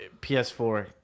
PS4